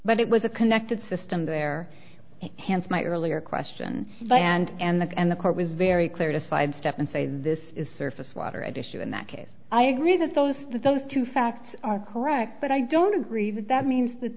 but it was a connected system there hence my earlier question by and and the court was very clear to sidestep and say this is surface water at issue in that case i agree that those that those two facts are correct but i don't agree that that means that